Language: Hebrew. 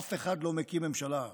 אף אחד לא מקים ממשלה,